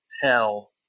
tell